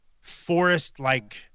forest-like